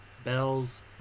Bells